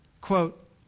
quote